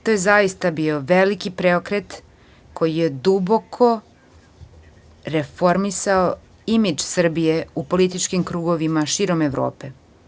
To je zaista bio veliki preokret koji je duboko reformisao imidž Srbije u političkim krugovima širom Evrope.